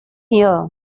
here